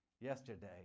yesterday